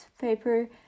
paper